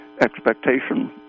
expectation